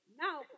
now